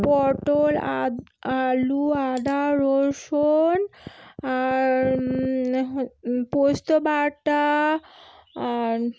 পটল আলু আদা রসুন আর পোস্ত বাটা আর